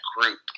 group